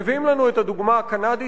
מביאים לנו את הדוגמה הקנדית.